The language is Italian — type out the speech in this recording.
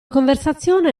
conversazione